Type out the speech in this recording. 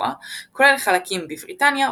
כולל חלקים בבריטניה,